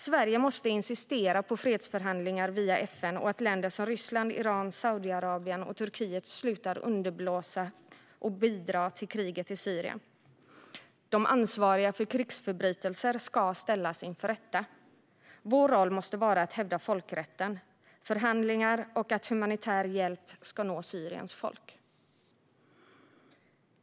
Sverige måste insistera på fredsförhandlingar via FN och på att länder som Ryssland, Iran, Saudiarabien och Turkiet slutar underblåsa och bidra till kriget i Syrien. De ansvariga för krigsförbrytelser ska ställas inför rätta. Vår roll måste vara att hävda folkrätten och kräva förhandlingar och att humanitär hjälp ska nå Syriens folk.